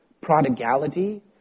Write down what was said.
prodigality